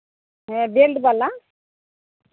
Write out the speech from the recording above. ᱦᱮᱸ ᱵᱮᱞᱴ ᱵᱟᱞᱟ